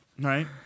right